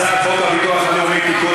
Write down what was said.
הצעת חוק הביטוח הלאומי (תיקון,